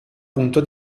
punto